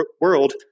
world